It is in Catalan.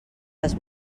les